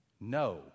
No